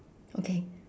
okay